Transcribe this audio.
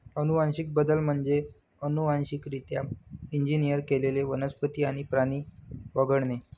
अनुवांशिक बदल म्हणजे अनुवांशिकरित्या इंजिनियर केलेले वनस्पती आणि प्राणी वगळणे